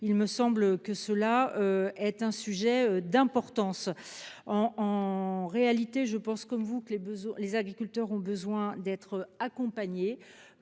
Il me semble que c'est un point important. En réalité, je pense comme vous que les agriculteurs ont besoin d'être accompagnés.